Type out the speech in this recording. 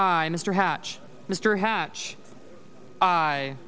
i mr hatch mr hatch i